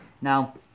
now